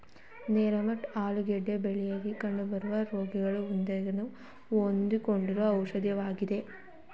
nematicides ಆಲೂಗೆಡ್ಡೆ ಬೆಳೆಯಲಿ ಕಂಡುಬರುವ ರೋಗವನ್ನು ಹೋಗಲಾಡಿಸಲು ಹೊಡೆಯುವ ಔಷಧಿಯಾಗಿದೆ